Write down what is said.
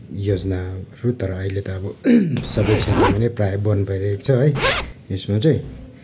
योजनाहरू तर अहिले त अब सबै क्षेत्रमा नै प्रायः बन भइरहेको छ है यसमा चाहिँ